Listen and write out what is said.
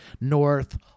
North